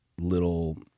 little